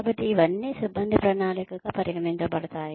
కాబట్టి ఇవన్నీ సిబ్బంది ప్రణాళికగా పరిగణించబడతాయి